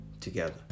together